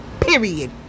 Period